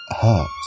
hurt